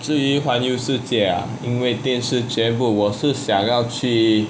至于环游世界啊因为电视节目我是想要去:zhie yu huan you shi jie a yin wei dian shi jie mu wo shi xiang yao qu